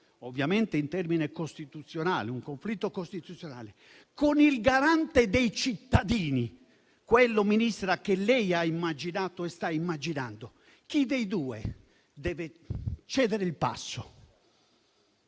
ovviamente in termini costituzionali, in un conflitto costituzionale - con il garante dei cittadini, quello che lei, signora Ministra, ha immaginato e sta immaginando, chi dei due dovrebbe cedere il passo?